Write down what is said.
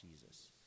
jesus